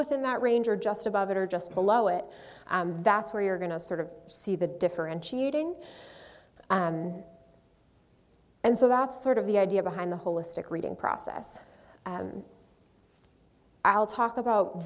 within that range or just above or just below it that's where you're going to sort of see the differentiating and so that's sort of the idea behind the holistic reading process i'll talk about